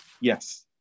Yes